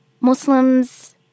Muslims